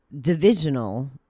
divisional